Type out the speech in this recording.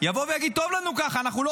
יבוא ויגיד: טוב לנו ככה,